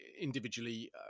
individually